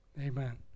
Amen